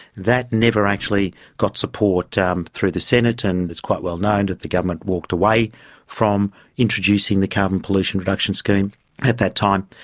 that never actually got support um through the senate and it's quite well known that the government walked away from introducing the carbon pollution reduction scheme at that time.